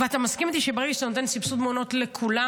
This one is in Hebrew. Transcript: ואתה מסכים איתי שברגע שאתה נותן סבסוד מעונות לכולם,